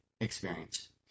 experience